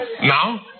Now